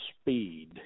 speed